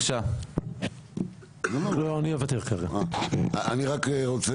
אני רוצה